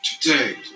Today